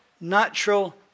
natural